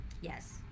Yes